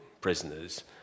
prisoners